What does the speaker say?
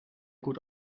gut